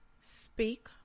speak